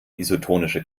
isotonische